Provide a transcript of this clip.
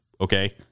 okay